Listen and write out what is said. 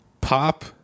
pop